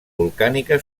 volcànica